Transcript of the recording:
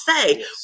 say